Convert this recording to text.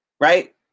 Right